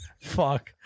Fuck